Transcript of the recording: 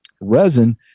resin